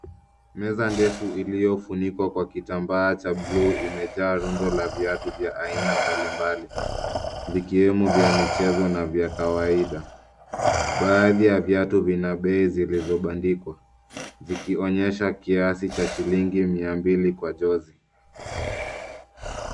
Meza ndefu iliyofunikwa kwa kitambaa cha bluu, imejaa rundu la viatu vya aina mbalimbali, vikiwemo vya michezo na vya kawaida. Baadhi ya viatu vina bei zilizobandikwa, zikionyesha kiasi cha shilingi mia mbili kwa jozi.